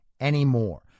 anymore